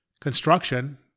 Construction